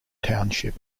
township